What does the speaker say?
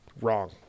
Wrong